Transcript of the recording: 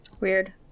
weird